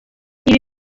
ibi